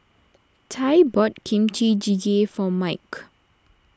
Tye bought Kimchi Jjigae for Mike